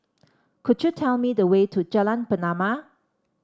could you tell me the way to Jalan Pernama